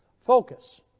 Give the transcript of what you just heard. Focus